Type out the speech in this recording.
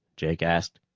jake asked.